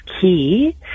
key